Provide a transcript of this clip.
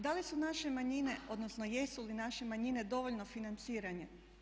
Da li su naše manjine odnosno jesu li naše manjine dovoljno financirane?